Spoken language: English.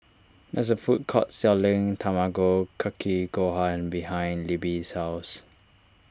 there is a food court selling Tamago Kake Gohan behind Libby's house